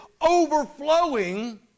overflowing